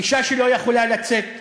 אישה שלא יכולה לצאת לעבודה.